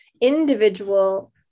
individual